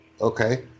okay